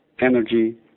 energy